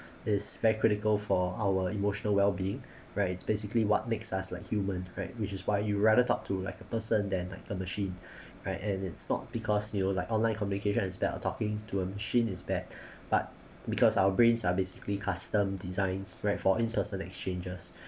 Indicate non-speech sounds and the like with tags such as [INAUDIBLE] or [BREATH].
it's very critical for our emotional well being right it's basically what makes us like human right which is why you rather talk to like a person than like a machine [BREATH] right and it's not because you know like online communication is bad or talking to a machine is bad [BREATH] but because our brains are basically custom designed right for in person exchanges